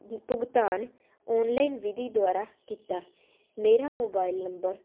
ਭੁਗਤਾਨ ਔਨਲਾਈਨ ਵਿਧੀ ਦੁਆਰਾ ਕੀਤਾ ਮੇਰਾ ਮੋਬਾਈਲ ਨੰਬਰ